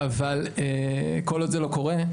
אבל כל עוד זה לא קורה,